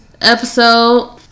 episode